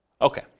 Okay